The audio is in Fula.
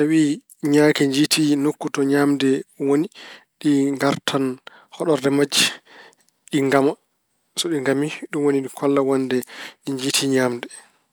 Tawa ñaaki njiytii nokku to ñaamde woni, ɗi ngartan hoɗorde majji, ɗi ngama. So ɗi ngami, ɗum woni ɗi golla wonde ɗi njiytii ñaamde.